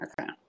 Okay